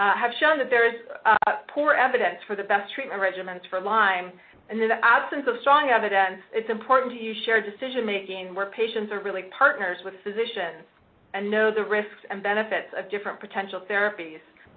have shown that there's poor evidence for the best treatment regimens for lyme and, in the absence of strong evidence, it's important to use shared decision making where patients are really partners with physicians and know the risks and benefits of different potential therapies.